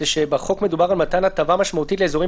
זה שבחוק מדובר על מתן הטבה משמעותית לאזורים